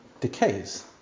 decays